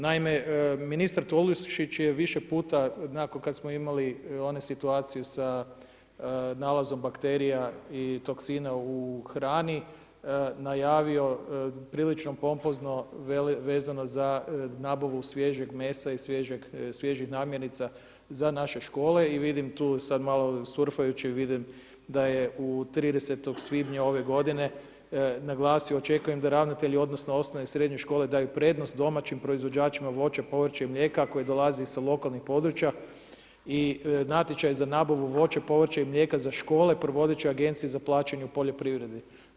Naime, ministar Tolušić je više puta onako kad smo imali one situaciju sa nalazom bakterija i toksina u hrani, najavio prilično pompozno vezano za nabavu sviježeg mesa i svježih namirnica za naše škole i vidim tu sad malo surfajući, vidim da je 30. svibnja ove godine, naglasio očekujem da ravnatelji odnosno osnovne i srednje škole daju prednost domaćim proizvođačima voća, povrća i mlijeka, koje dolazi sa lokalnih područja i natječaj za nabavu voća, povrća i mlijeka za škole, provodit će agencije za plaćanje u poljoprivredi.